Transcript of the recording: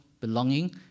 belonging